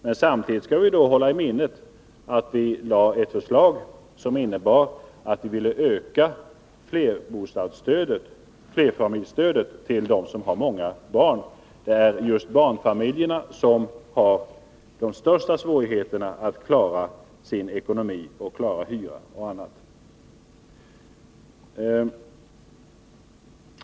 Men samtidigt skall man hålla i minnet att vi lade fram ett förslag som innebar en ökning av bostadsstödet till de familjer som har många barn. Det är just barnfamiljerna som har de största svårigheterna att klara sin ekonomi, hyran och annat.